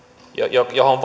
johon